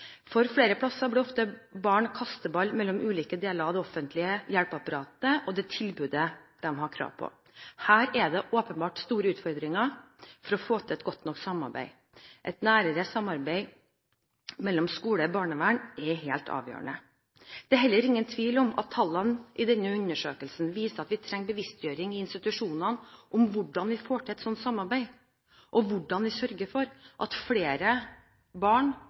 oss. Flere steder blir barn ofte kasteball mellom ulike deler av det offentlige hjelpeapparatet og det tilbudet de har krav på. Her er det åpenbart store utfordringer for å få til et godt nok samarbeid. Et nærmere samarbeid mellom skole og barnevern er helt avgjørende. Det er heller ingen tvil om at tallene i denne undersøkelsen viser at vi trenger bevisstgjøring i institusjonene om hvordan vi får til et sånt samarbeid, og hvordan vi sørger for at flere barn